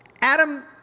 Adam